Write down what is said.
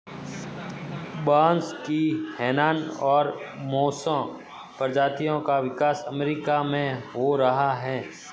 बांस की हैनान और मोसो प्रजातियों का विकास अमेरिका में हो रहा है